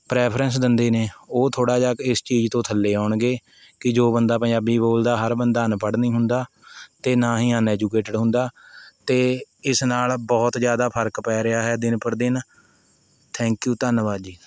preference ਦਿੰਦੇ ਨੇ ਓਹ ਥੋੜਾ ਜਾ ਇਸ ਚੀਜ਼ ਤੋਂ ਥੱਲੇ ਆਉਣਗੇ ਕੀ ਜੋ ਬੰਦਾ ਪੰਜਾਬੀ ਬੋਲਦਾ ਹਰ ਬੰਦਾ ਅਨਪੜ੍ਹ ਨੀ ਹੁੰਦਾ ਅਤੇ ਨਾ ਹੀ ਅਨਐਜੂਕੇਟਡ ਹੁੰਦਾ ਅਤੇ ਇਸ ਨਾਲ਼ ਬਹੁਤ ਜ਼ਿਆਦਾ ਫ਼ਰਕ ਪੈ ਰਿਹਾ ਹੈ ਦਿਨ ਪਰ ਦਿਨ ਥੈਂਕ ਯੂ ਧੰਨਵਾਦ ਜੀ